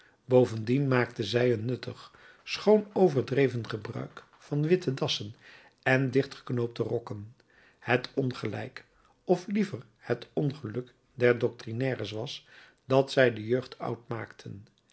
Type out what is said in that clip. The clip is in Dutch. bovendien maakten zij een nuttig schoon overdreven gebruik van witte dassen en dicht geknoopte rokken het ongelijk of liever het ongeluk der doctrinaires was dat zij de jeugd oud maakten